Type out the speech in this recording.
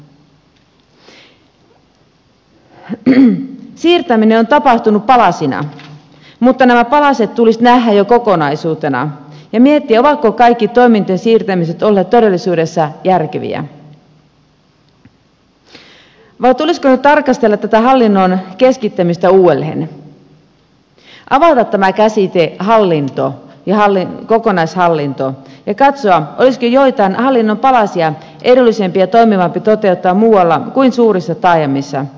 siirtäminen on tapahtunut palasina mutta nämä palaset tulisi nähdä jo kokonaisuutena ja miettiä ovatko kaikki toimintojen siirtämiset olleet todellisuudessa järkeviä vai tulisiko nyt tarkastella tätä hallinnon keskittämistä uudelleen avata tämä käsite hallinto kokonaishallinto ja katsoa olisiko joitain hallinnon palasia edullisempi ja toimivampi toteuttaa muualla kuin suurissa taajamissa